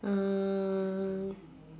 uh